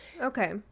Okay